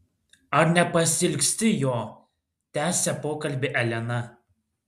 ar nepasiilgsti jo tęsia pokalbį elena